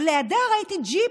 אבל לידה ראיתי ג'יפ,